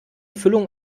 füllung